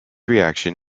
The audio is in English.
reaction